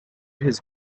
his